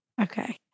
Okay